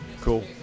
Cool